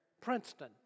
Princeton